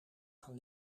gaan